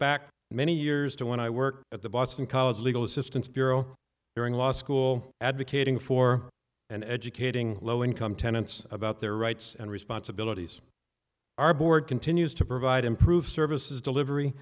back many years to when i worked at the boston college legal assistance bureau during law school advocating for and educating low income tenants about their rights and responsibilities our board continues to provide improved services delivery